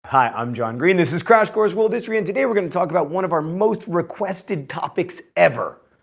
hi i'm john green this is crash course world history, and today we're gonna talk about one of our most requested topics ever,